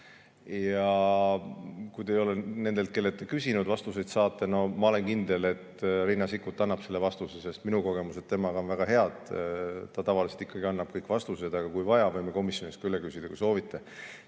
Ja kui te ei ole nendelt, kellelt te olete küsinud, vastuseid saanud, siis ma olen kindel, et Riina Sikkut annab selle vastuse. Minu kogemused temaga on väga head, ta tavaliselt annab kõik vastused. Aga kui vaja, võime ka komisjonis üle küsida, kui soovite.